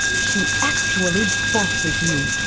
she actually bosses you!